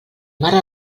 mare